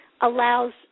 allows